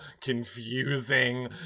confusing